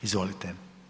Izvolite.